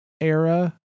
era